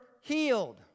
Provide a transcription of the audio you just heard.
healed